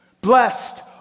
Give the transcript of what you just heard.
blessed